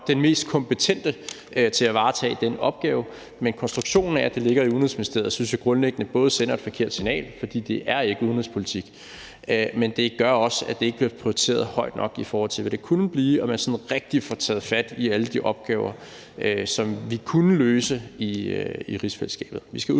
den mest kompetente til at varetage den opgave. Men konstruktionen af, at det ligger i Udenrigsministeriet, synes jeg grundlæggende sender et forkert signal, fordi det ikke er udenrigspolitik, men det gør også, at det ikke bliver prioriteret højt nok, i forhold til hvad det kunne blive, så man rigtig får taget fat i alle de opgaver, som vi kunne løse i rigsfællesskabet.